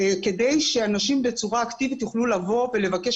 כדי שאנשים בצורה אקטיבית יוכלו לבוא ולבקש